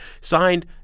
signed